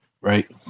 right